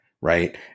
right